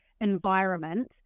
environment